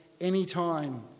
anytime